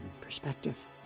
perspective